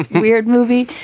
weird movie.